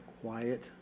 quiet